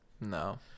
No